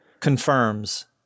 confirms